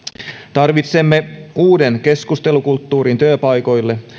tarvitsemme uuden keskustelukulttuurin työpaikoille